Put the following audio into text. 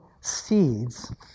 seeds